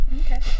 Okay